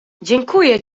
dziękuję